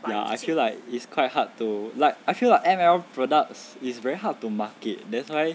I feel like it's quite hard to like I feel like M_L_M products is very hard to market that's why